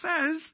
says